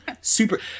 Super